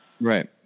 Right